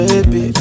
Baby